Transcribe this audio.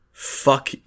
Fuck